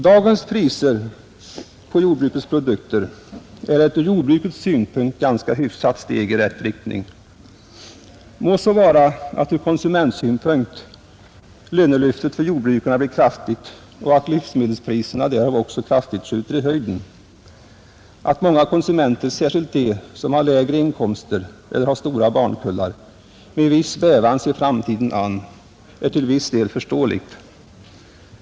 Dagens prisförslag i fråga om jordbrukets produkter är ett ur jordbrukets synpunkt ganska gott steg i rätt riktning, Må så vara att ur konsumentsynpunkt ”lönelyftet” för jordbrukarna blir kraftigt och att livsmedelspriserna därigenom också kraftigt skjuter i höjden. Att många konsumenter, särskilt de som har lägre inkomster eller har stora barnkullar, med viss bävan ser framtiden an är till viss del förståeligt.